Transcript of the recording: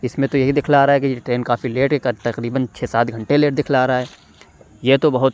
اس میں تو یہی دکھلا رہا ہے کہ یہ ٹرین کافی لیٹ ہے تقریباً چھ سات گھنٹے لیٹ دکھلا رہا ہے یہ تو بہت